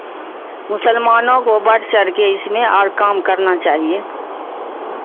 ہاں مسلمانوں کو بڑھ چڑھ کے اس میں اور کام کرنا چاہیے